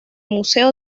museo